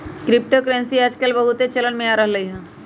crypto currency याजकाल बहुते चलन में आ रहल हइ